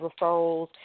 referrals